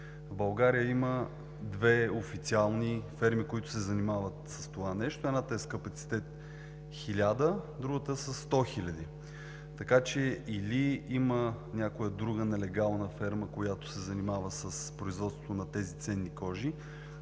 В България има две официални ферми, които се занимават с това – едната е с капацитет 1000, а другата със 100 000. Така че или има някоя друга нелегална ферма, която се занимава с производството на тези ценни кожи,